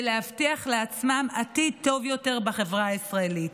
להבטיח לעצמם עתיד טוב יותר בחברה הישראלית.